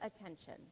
attention